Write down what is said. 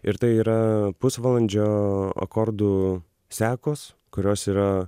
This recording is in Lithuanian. ir tai yra pusvalandžio akordų sekos kurios yra